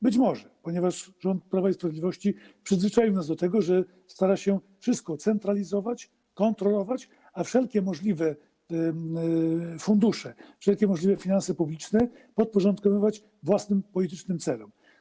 Być może, ponieważ rząd Prawa i Sprawiedliwości przyzwyczaił nas do tego, że stara się wszystko centralizować, kontrolować, a wszelkie możliwe fundusze, wszelkie możliwe finanse publiczne podporządkowywać własnym politycznym celom.